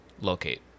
locate